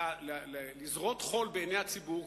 לזרות חול בעיני הציבור,